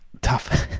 tough